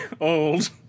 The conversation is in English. old